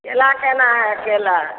केला केना हए केला